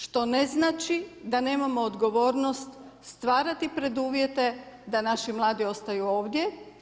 Što ne znači da nemamo odgovornost stvarati preduvjete da naši mladi ostaju ovdje.